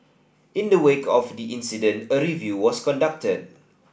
in the wake of the incident a review was conducted